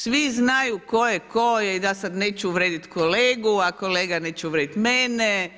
Svi znaju tko je tko i da sad neću uvrijediti kolegu, a kolega neće uvrijediti mene.